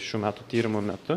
šių metų tyrimų metu